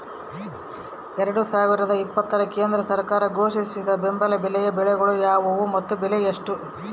ಎರಡು ಸಾವಿರದ ಇಪ್ಪತ್ತರ ಕೇಂದ್ರ ಸರ್ಕಾರ ಘೋಷಿಸಿದ ಬೆಂಬಲ ಬೆಲೆಯ ಬೆಳೆಗಳು ಯಾವುವು ಮತ್ತು ಬೆಲೆ ಎಷ್ಟು?